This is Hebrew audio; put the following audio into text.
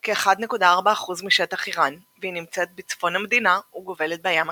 כ-1.4 אחוז משטח איראן והיא נמצאת בצפון המדינה וגובלת בים הכספי.